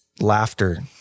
laughter